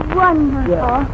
wonderful